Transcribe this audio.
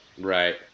Right